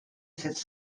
cette